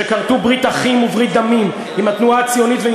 שכרתו ברית אחים וברית דמים עם התנועה הציונית ועם